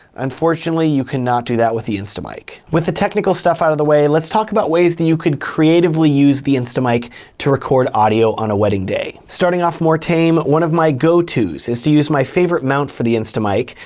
unfortunately you cannot do that with the instamic. with the technical stuff out of the way, let's talk about ways that you can creatively use the instamic to record audio on a wedding day. starting off more tame, one of my go to's is to use my favorite mount for the instamic,